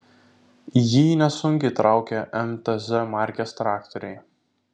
jį nesunkiai traukia mtz markės traktoriai